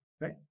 Right